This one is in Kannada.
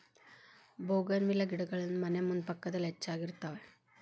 ಬೋಗನ್ವಿಲ್ಲಾ ಗಿಡಗಳನ್ನಾ ಮನೆ ಮುಂದೆ ಪಕ್ಕದಲ್ಲಿ ಹೆಚ್ಚಾಗಿರುತ್ತವೆ